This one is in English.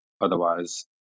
otherwise